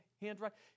handwriting